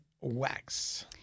wax